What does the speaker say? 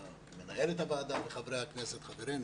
את מנהלת הוועדה ואת חברי הכנסת חברינו.